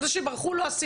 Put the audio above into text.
על זה שברחו לו אסירים,